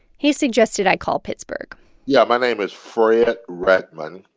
he suggested i call pittsburgh yeah. my name is fred redmond.